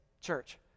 church